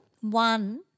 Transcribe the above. one